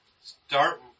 start